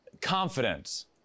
Confidence